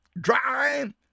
dry